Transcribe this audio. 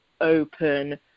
open